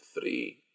three